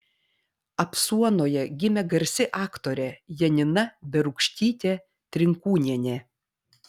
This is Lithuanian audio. apsuonoje gimė garsi aktorė janina berūkštytė trinkūnienė